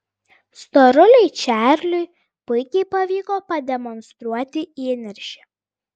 storuliui čarliui puikiai pavyko pademonstruoti įniršį